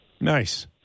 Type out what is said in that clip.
Nice